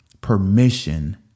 permission